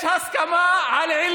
יש הסכמה על גזענות,